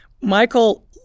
Michael